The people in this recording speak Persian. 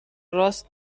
راست